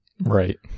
Right